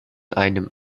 einem